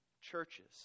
churches